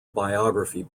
biography